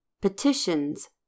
petitions